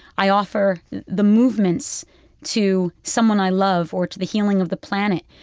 i offer the movements to someone i love or to the healing of the planet.